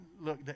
look